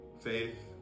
faith